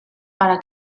para